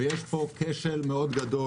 ויש פה כשל מאוד גדול.